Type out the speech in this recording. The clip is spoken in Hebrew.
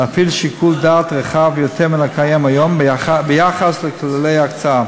להפעיל שיקול דעת רחב יותר מן הקיים היום ביחס לכללי ההקצאה.